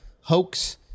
hoax